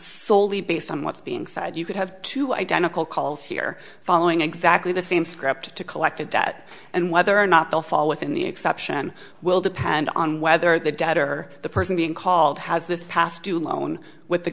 solely based on what's being said you could have two identical calls here following exactly the same script to collect a debt and whether or not they'll fall within the exception will depend on whether the debtor the person being called has this past due loan with the